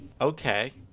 Okay